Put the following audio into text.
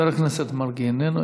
חבר הכנסת מרגי, איננו.